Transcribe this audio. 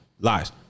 Lies